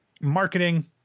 marketing